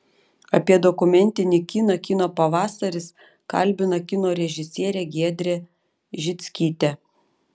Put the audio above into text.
apie dokumentinį kiną kino pavasaris kalbina kino režisierę giedrę žickytę